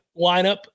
lineup